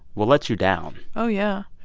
will let you down oh, yeah.